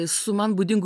su man būdingu